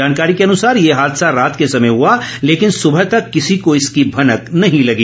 जानकारी के अनुसार ये हादसा रात के समय हुआ लेकिन सुबह तक किसी को इसकी भनक नहीं लगी